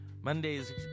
Mondays